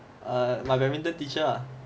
uh my badminton teacher ah